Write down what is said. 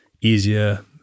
easier